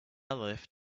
lift